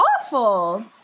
awful